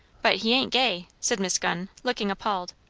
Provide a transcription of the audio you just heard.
but he ain't gay, said miss gunn, looking appalled.